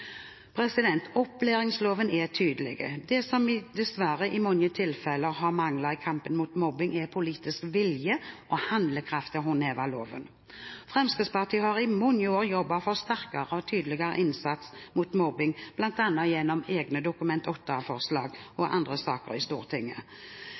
Opplæringsloven er tydelig. Det som dessverre i mange tilfeller har manglet i kampen mot mobbing, er politisk vilje og handlekraft til å håndheve loven. Fremskrittspartiet har i mange år jobbet for sterkere og tydeligere innsats mot mobbing, bl.a. gjennom egne Dokument 8-forslag og